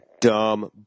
dumb